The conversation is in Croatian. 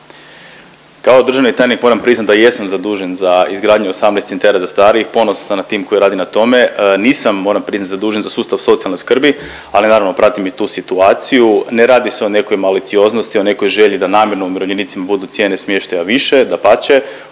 Kao državni tajnik moram priznati da jesam zadužen za izgradnju 18 centara za starije. Ponosan sam na tim koji radi na tome. Nisam moram priznati zadužen za sustav socijalne skrbi, ali naravno pratim i tu situaciju. Ne radi se o nekoj malicioznosti, o nekoj želji da namjerno umirovljenicima budu cijene smještaja više, dapače.